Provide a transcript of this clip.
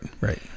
right